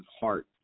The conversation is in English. heart